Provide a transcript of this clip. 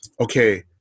Okay